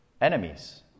enemies